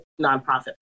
nonprofit